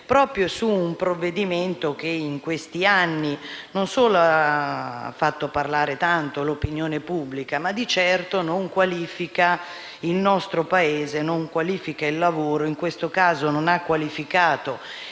proprio su un provvedimento che in questi anni non solo ha fatto parlare tanto l'opinione pubblica ma di certo non qualifica il nostro Paese ed il lavoro: in questo caso non ha qualificato